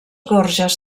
gorges